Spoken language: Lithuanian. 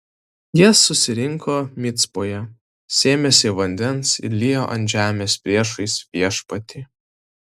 jie susirinko micpoje sėmėsi vandens ir liejo ant žemės priešais viešpatį